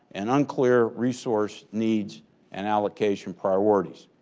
and unclear resource needs and allocation priorities.